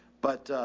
but